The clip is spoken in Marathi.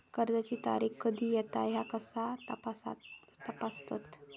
कर्जाची तारीख कधी येता ह्या कसा तपासतत?